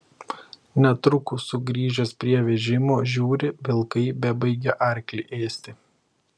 netrukus sugrįžęs prie vežimo žiūri vilkai bebaigią arklį ėsti